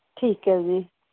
ਠੀਕ ਹੈ ਜੀ